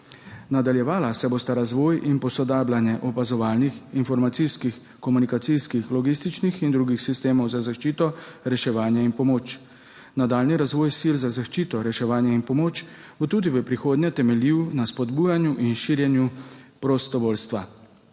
Nadaljevala se bosta razvoj in posodabljanje opazovalnih, informacijskih, komunikacijskih, logističnih in drugih sistemov za zaščito, reševanje in pomoč. Nadaljnji razvoj sil za zaščito, reševanje in pomoč bo tudi v prihodnje temeljil na spodbujanju in širjenju prostovoljstva.